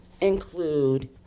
include